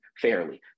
fairly